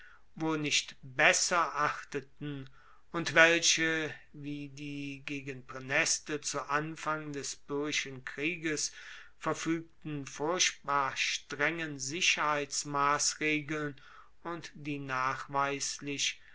wo nicht besser achteten und welche wie die gegen praeneste zu anfang des pyrrhischen krieges verfuegten furchtbar strengen sicherheitsmassregeln und die nachweislich